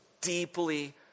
deeply